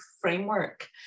framework